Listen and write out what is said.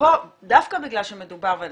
דווקא בגלל שמדובר אני